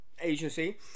agency